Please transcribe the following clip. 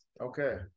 okay